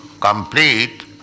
complete